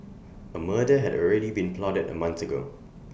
A murder had already been plotted A month ago